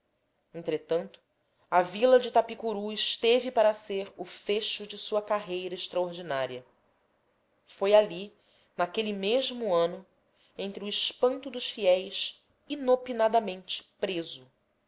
entretanto a vila de itapicuru esteve para ser o fecho da sua carreira extraordinária foi ali naquele mesmo ano entre o espanto dos fiéis inopinadamente preso